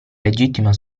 legittima